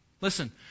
Listen